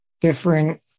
different